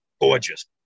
gorgeous